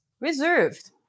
reserved